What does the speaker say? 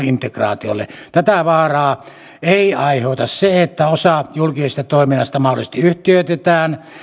integraatiolle tätä vaaraa ei aiheuta se että osa julkisesta toiminnasta mahdollisesti yhtiöitetään